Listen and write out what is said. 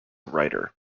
writer